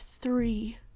three